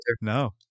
No